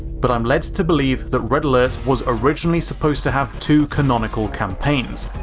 but i'm led to believe that red alert was originally supposed to have two canonical campaigns,